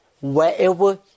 wherever